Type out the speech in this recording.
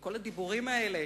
וכל הדיבורים האלה